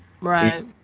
right